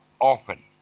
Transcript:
often